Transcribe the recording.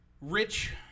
rich